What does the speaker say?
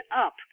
up